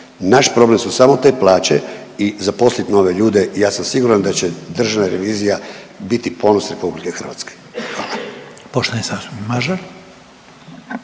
Naš problem su samo te plaće i zaposlit nove ljude. Ja sam siguran da će Državna revizija biti ponos Republike Hrvatske.